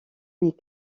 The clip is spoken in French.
est